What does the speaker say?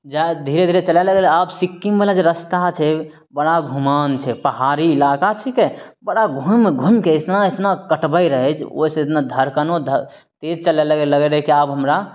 जाइ धीरे धीरे चलय लगलय आब सिक्किम वला जे रास्ता छै बड़ा घुमान छै पहाड़ी इलाका छिकै बड़ा घुमि घुामिके इतना इतना कटबय रहय जे ओइसँ इतना धड़कनो तेज चलय लगलय लगय रहय कि आब हमरा